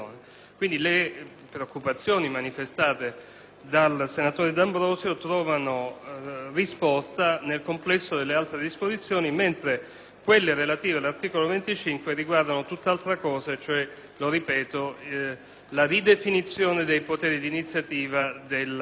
dal senatore D'Ambrosio trovano risposta nel complesso delle altre disposizioni, mentre quelle relative all'articolo 25 riguardano tutt'altra cosa, cioè la ridefinizione dei poteri di iniziativa della magistratura inquirente in materia di prevenzione.